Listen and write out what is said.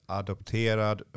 adopterad